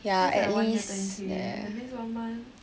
that's like one year ten K that means one month